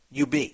UB